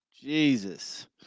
Jesus